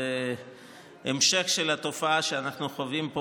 זה המשך של התופעה שאנחנו חווים פה